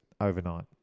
overnight